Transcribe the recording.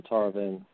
Tarvin